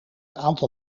aantal